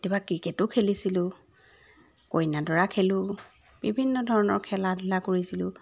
কেতিয়াবা ক্ৰিকেটো খেলিছিলোঁ কইনা দৰা খেলোঁ বিভিন্ন ধৰণৰ খেলা ধূলা কৰিছিলোঁ